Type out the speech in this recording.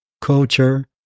culture